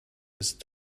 ist